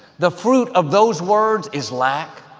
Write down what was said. the fruit of those words is lack,